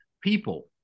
people